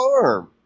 farm